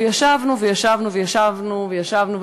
וישבנו וישבנו וישבנו וישבנו,